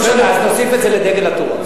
לא משנה, אז תוסיף את זה לדגל התורה.